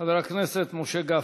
חבר הכנסת משה גפני.